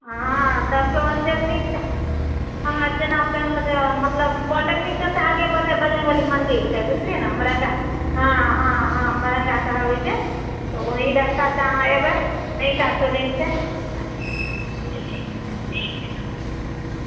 हँ तऽ पोलटेक्निक चौक हंँ जेना कहय मतलब पोलटेक्निक चौक से आगे बढ़बय हनुमान मन्दिर छै बुझलिअइ ने हँ हँ हँ मरंगा कहाबय छै तऽ ओहि रास्ता से अहाँ एबय अच्छा ठीक छै तखन